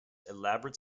elaborate